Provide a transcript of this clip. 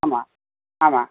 ஆமாம் ஆமாம்